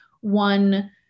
one